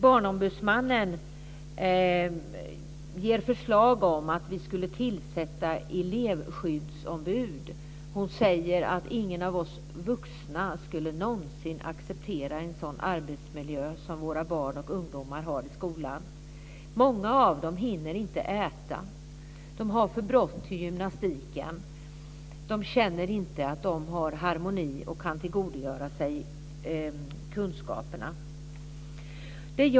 Barnombudsmannen har föreslagit att vi ska tillsätta elevskyddsombud. Hon säger att inga av oss vuxna skulle någonsin acceptera en sådan arbetsmiljö som våra barn och ungdomar har i skolan. Många av dem hinner inte äta. De har för bråttom till gymnastiken. De känner inte att de är i harmoni och att de kan tillgodogöra sig kunskaperna.